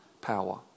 power